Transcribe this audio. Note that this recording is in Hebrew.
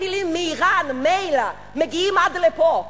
מתחילים מאירן, מגיעים עד לפה.